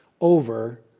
over